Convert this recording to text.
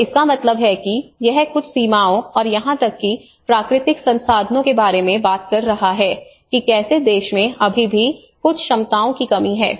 तो इसका मतलब है कि यह कुछ सीमाओं और यहां तक कि प्राकृतिक संसाधनों के बारे में बात कर रहा है कि कैसे देश में अभी भी कुछ क्षमताओं की कमी है